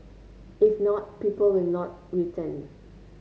if not people will not return